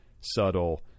subtle